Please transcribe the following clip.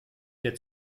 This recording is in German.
der